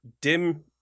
dim